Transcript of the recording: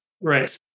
Right